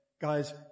guys